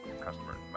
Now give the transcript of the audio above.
customer